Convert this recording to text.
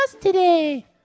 today